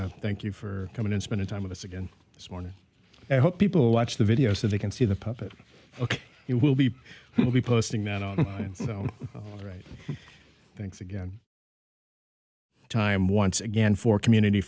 to thank you for coming in spending time with us again this morning i hope people watch the video so they can see the puppet ok it will be will be posting that on the right thanks again time once again for community